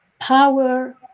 power